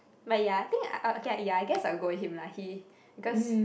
but ya I think uh okay ya I guess I will go him lah he because